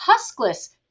huskless